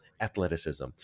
athleticism